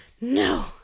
no